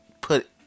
put